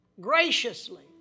graciously